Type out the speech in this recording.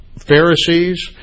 Pharisees